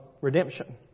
redemption